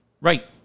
Right